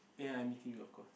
ya I'm meeting you of course